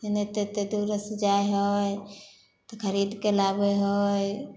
एनाहिते एतेक दुरस्थ जाइ हइ तऽ खरीदके लाबै हइ